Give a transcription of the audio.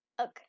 Okay